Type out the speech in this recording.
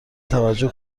توجه